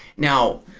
now,